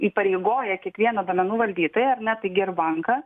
įpareigoja kiekvieną duomenų valdytoją ar ne taigi ir banką